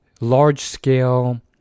large-scale